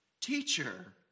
teacher